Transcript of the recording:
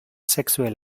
sexuell